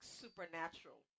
supernatural